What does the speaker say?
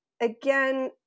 again